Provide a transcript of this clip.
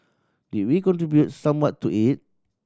did we contribute somewhat to it